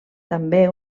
també